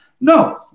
No